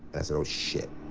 i said, oh, shit.